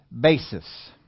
basis